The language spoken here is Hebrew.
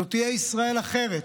זו תהיה ישראל אחרת,